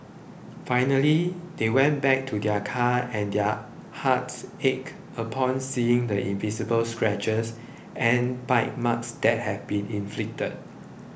finally they went back to their car and their hearts ached upon seeing the invisible scratches and bite marks that had been inflicted